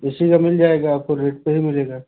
ए C का मिल जाएगा आपको रेट पर ही मिलेगा